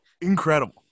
incredible